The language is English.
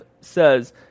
says